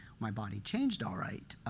my body changed all right,